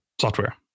software